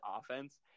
offense